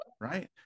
Right